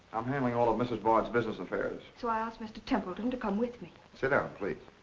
i'm handling all of mrs. bard's business affairs. so i asked mr. templeton to come with me. sit down, please.